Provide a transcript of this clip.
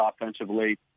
offensively